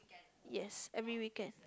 yes every weekend